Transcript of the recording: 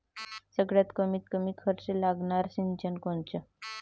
सगळ्यात कमीत कमी खर्च लागनारं सिंचन कोनचं?